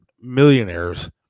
millionaires